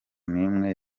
nimwe